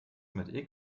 mit